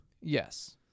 Yes